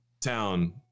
town